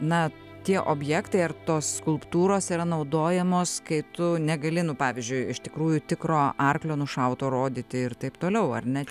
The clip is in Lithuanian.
na tie objektai ar tos skulptūros yra naudojamos kai tu negali nu pavyzdžiui iš tikrųjų tikro arklio nušauto rodyti ir taip toliau ar ne